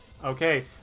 Okay